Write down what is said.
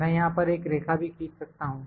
मैं यहां पर एक रेखा भी खींच सकता हूं